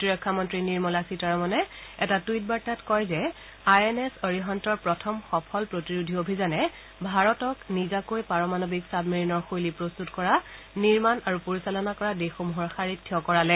প্ৰতিৰক্ষামন্ত্ৰী নিৰ্মলা সীতাৰমণে এটা টুইট বাৰ্তাত কয় যে আই এন এছ এৰিহাণ্টে প্ৰথম সফল প্ৰতিৰোধী অভিযানে ভাৰতক নিজাকৈ পাৰমাণৱিক চাবমেৰিনৰ শৈলী প্ৰস্তুত কৰা নিৰ্মাণ আৰু পৰিচালনা কৰা দেশসমূহৰ শাৰীত থিয় কৰালে